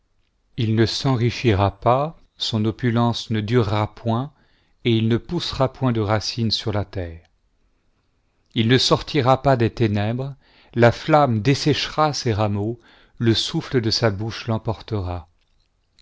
il ne s'enrichira pas son opulence ne durera point et il ne poussera point de racine sur la terre il ne sortira pas des ténèbres la flamme desséchera ses rameaux le souffle de sa bouche l'emportera